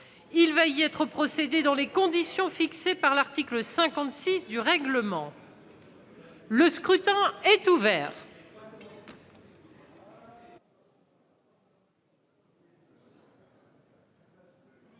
Il va y être procédé dans les conditions fixées par l'article 56 du règlement. Le scrutin est ouvert.